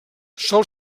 sol